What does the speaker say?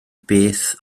beth